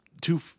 Two